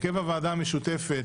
הרכב הוועדה המשותפת